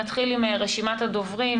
נתחיל עם רשימת הדוברים.